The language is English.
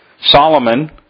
Solomon